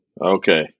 Okay